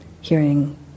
hearing